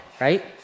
Right